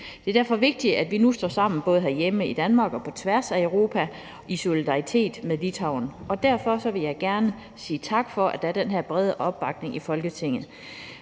Det er derfor vigtigt, at vi nu står sammen både herhjemme i Danmark og på tværs af Europa i solidaritet med Litauen, og derfor vil jeg gerne sige tak for, at der er den her brede opbakning i Folketinget.